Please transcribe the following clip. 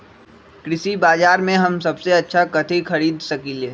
कृषि बाजर में हम सबसे अच्छा कथि खरीद सकींले?